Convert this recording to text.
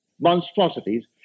monstrosities